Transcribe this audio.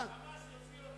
"חמאס" יוציא אותם.